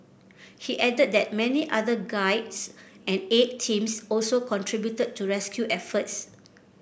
he added that many other guides and aid teams also contributed to rescue efforts